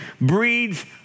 breeds